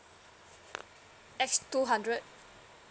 X two hundred